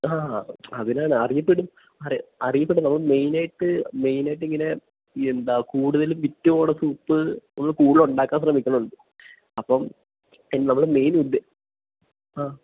ആ അഹ ആ അതിനാണ് അറിയപ്പെടും അതെ അറിയപ്പെടണം അപ്പം മെയ്നായിട്ട് മെയ്നായിട്ടിങ്ങനെ എന്താ കൂടുതലും വിറ്റ് പോകണ സൂപ്പ് നമ്മൾ കൂളൊണ്ടാക്കാൻ ശ്രമിക്കുന്നുണ്ട് അപ്പം അതിന് നമ്മൾ മെയ്നുദ്ധേശം ആ